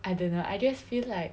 I don't know I just feel like